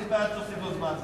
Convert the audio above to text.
אני בעד שתוסיף לו זמן.